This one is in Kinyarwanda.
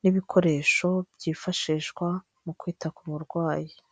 n'ibikoresho byifashishwa mu kwita ku burwayi.